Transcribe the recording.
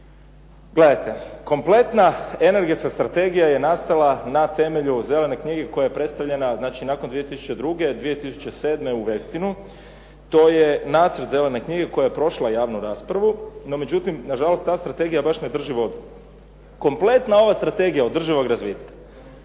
Gledajte, kompletna energetska strategija je nastala na temelju "Zelene knjige" koja je predstavlja znači nakon 2002., 2007. u Westinu. To je nacrt "Zelene knjige" koja je prošla javnu raspravu. No međutim, nažalost ta strategija baš ne drži vodu. Kompletna ova strategija održivog razvitka,